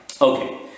Okay